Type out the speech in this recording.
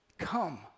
Come